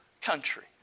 country